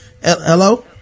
Hello